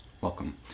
Welcome